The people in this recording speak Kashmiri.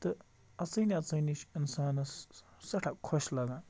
تہٕ اَژانٕے اَژانٕے چھُ اِنسانَس سٮ۪ٹھاہ خۄش لَگان